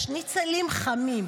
יש שניצלים חמים.